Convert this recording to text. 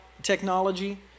technology